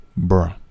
bruh